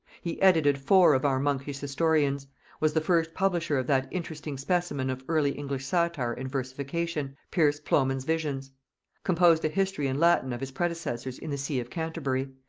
he edited four of our monkish historians was the first publisher of that interesting specimen of early english satire and versification, pierce plowman's visions composed a history in latin of his predecessors in the see of canterbury,